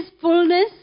fullness